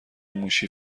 موشی